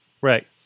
Right